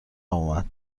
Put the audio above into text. اومد